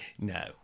no